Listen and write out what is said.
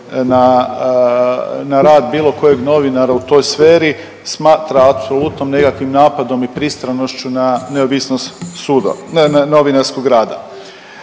na rad bilo kojeg novinara u toj sferi smatra apsolutno nekakvim napadom i pristranošću na neovisnost suda, novinarskog rada.